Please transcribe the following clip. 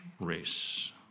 race